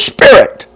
Spirit